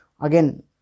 again